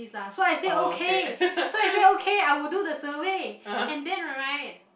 please lah so I say okay so I say okay I will do the survey and then right